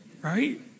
right